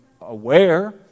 aware